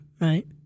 right